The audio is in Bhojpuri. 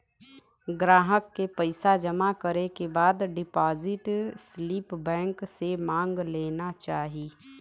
ग्राहक के पइसा जमा करे के बाद डिपाजिट स्लिप बैंक से मांग लेना चाही